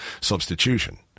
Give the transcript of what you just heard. substitution